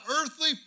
earthly